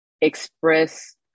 express